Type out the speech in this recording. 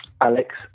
Alex